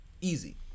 Easy